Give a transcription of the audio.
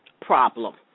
problem